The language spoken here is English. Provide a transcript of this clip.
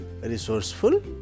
resourceful